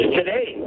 today